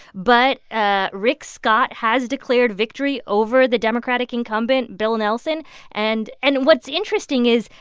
but ah rick scott has declared victory over the democratic incumbent bill nelson and and what's interesting is,